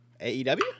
aew